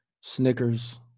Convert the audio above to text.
Snickers